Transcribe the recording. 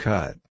Cut